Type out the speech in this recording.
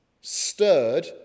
stirred